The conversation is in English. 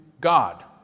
God